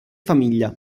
famiglia